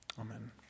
Amen